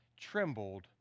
trembled